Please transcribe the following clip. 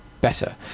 better